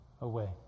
away